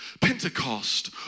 Pentecost